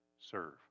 serve